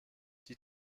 die